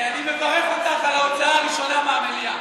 אני מברך אותך על ההוצאה הראשונה מהמליאה.